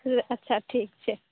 हुँ अच्छा ठीक छै